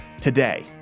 today